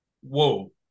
whoa